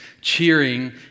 cheering